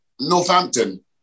Northampton